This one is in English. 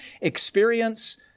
experience